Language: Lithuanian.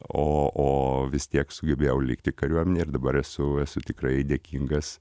o o vis tiek sugebėjau likti kariuomenėj ir dabar esu esu tikrai dėkingas